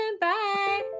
Bye